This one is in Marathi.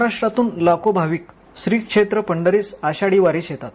महाराष्ट्रातून लाखो भाविक श्री क्षेत्र पंढरीस आषाढी वारीस येतात